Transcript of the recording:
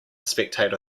spectator